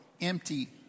empty